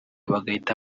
bagahita